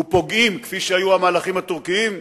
ופוגעים כפי שהיו המהלכים הטורקיים,